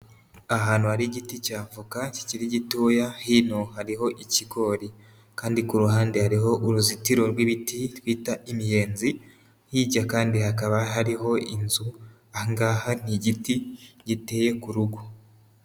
Ahantu hari igiti cya voka kikiri gitoya, hino hariho ikigori kandi ku ruhande hariho uruzitiro rw'ibiti twita imiyenzi, hirya kandi hakaba hariho inzu, aha ngaha ni igiti giteye ku rugo.